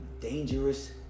dangerous